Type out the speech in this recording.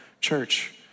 church